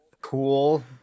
cool